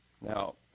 Now